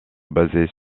basés